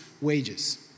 wages